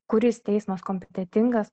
kuris teismas kompetentingas